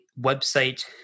website